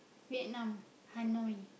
Vietnam Hanoi